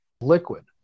liquid